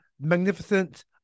magnificent